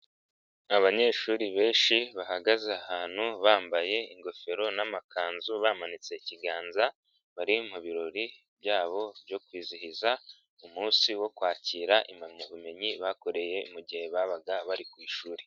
Abanyeshuri benshi bahagaze ahantu, bambaye ingofero n'amakanzu, bamanitse ikiganza, bari mu birori byabo byo kwizihiza umunsi wo kwakira impamyabumenyi, bakoreye mugihe babaga bari ku ishuri.